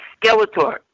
Skeletor